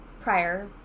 prior